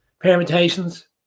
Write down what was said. permutations